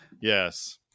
Yes